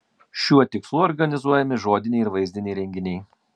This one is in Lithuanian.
šiuo tikslu organizuojami žodiniai ir vaizdiniai renginiai